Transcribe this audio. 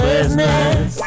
Business